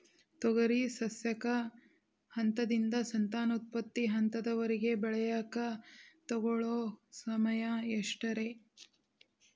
ತೊಗರಿ ಸಸ್ಯಕ ಹಂತದಿಂದ, ಸಂತಾನೋತ್ಪತ್ತಿ ಹಂತದವರೆಗ ಬೆಳೆಯಾಕ ತಗೊಳ್ಳೋ ಸಮಯ ಎಷ್ಟರೇ?